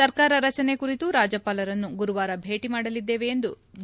ಸರ್ಕಾರ ರಜನೆ ಕುರಿತು ರಾಜ್ಯಪಾಲರನ್ನು ಗುರುವಾರ ಭೇಟಿ ಮಾಡಲಿದ್ದೇವೆ ಎಂದು ಬಿ